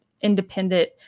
independent